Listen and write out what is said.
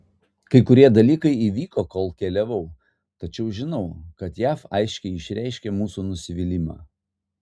kai kurie dalykai įvyko kol keliavau tačiau žinau kad jav aiškiai išreiškė mūsų nusivylimą